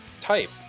type